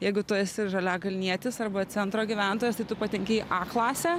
jeigu tu esi žaliakalnietis arba centro gyventojas tai tu patenki į a klasę